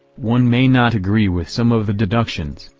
one may not agree with some of the deductions,